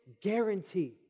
guarantee